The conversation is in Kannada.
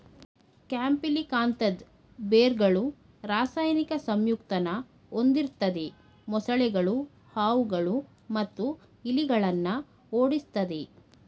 ಕ್ಯಾಂಪಿಲಿಕಾಂತದ್ ಬೇರ್ಗಳು ರಾಸಾಯನಿಕ ಸಂಯುಕ್ತನ ಹೊಂದಿರ್ತದೆ ಮೊಸಳೆಗಳು ಹಾವುಗಳು ಮತ್ತು ಇಲಿಗಳನ್ನ ಓಡಿಸ್ತದೆ